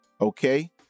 okay